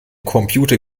computer